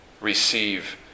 receive